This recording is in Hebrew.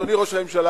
אדוני ראש הממשלה,